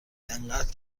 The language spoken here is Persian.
انقدر